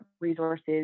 resources